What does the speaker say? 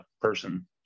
person